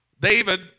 David